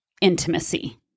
intimacy